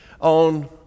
on